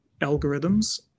algorithms